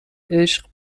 عشق